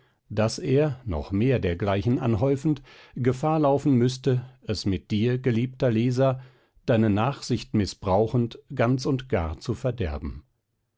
daß er noch mehr dergleichen anhäufend gefahr laufen müßte es mit dir geliebter leser deine nachsicht mißbrauchend ganz und gar zu verderben